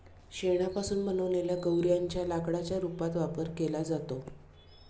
शेणापासून बनवलेल्या गौर्यांच्या लाकडाच्या रूपात वापर केला जातो